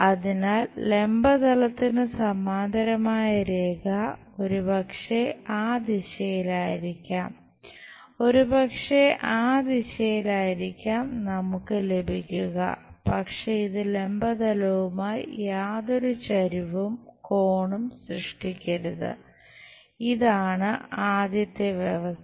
അതിനാൽ ലംബ തലത്തിനു സമാന്തരമായ രേഖ ഒരുപക്ഷേ ആ ദിശയിലായിരിക്കാം ഒരുപക്ഷേ ആ ദിശയിലായിരിക്കും നമുക്ക് ലഭിക്കുക പക്ഷേ ഇത് ലംബ തലവുമായി യാതൊരു ചെരിവ് കോണും സൃഷ്ടിക്കരുത് ഇതാണ് ആദ്യത്തെ വ്യവസ്ഥ